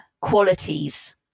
qualities